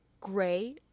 gray